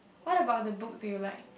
what about the book do you like